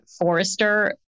Forrester